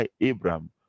Abraham